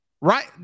right